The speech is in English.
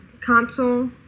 console